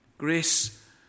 Grace